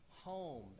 home